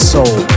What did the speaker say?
Soul